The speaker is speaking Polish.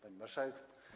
Pani Marszałek!